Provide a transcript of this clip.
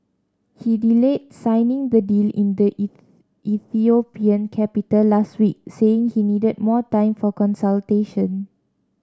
he delayed signing the deal in the Ethiopian capital last week saying he needed more time for consultations